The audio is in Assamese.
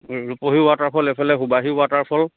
ৰূপহী ৱাটাৰফল এইফালে সুবাহি ৱাটাৰফল